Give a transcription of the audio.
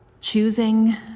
Choosing